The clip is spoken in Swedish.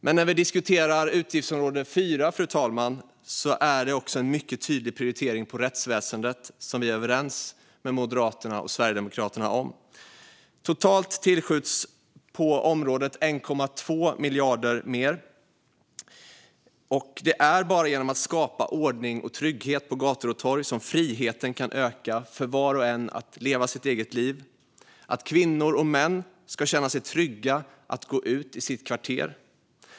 Men när vi diskuterar utgiftsområde 4, fru talman, handlar det också om en mycket tydlig prioritering av rättsväsendet. Där är vi överens med Moderaterna och Sverigedemokraterna. Totalt tillskjuts på området 1,2 miljarder mer. Det är bara genom att skapa ordning och trygghet på gator och torg som friheten kan öka för var och en att leva sitt eget liv. Kvinnor och män ska känna sig trygga att gå ut i sitt kvarter.